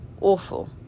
awful